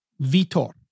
Vitor